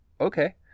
okay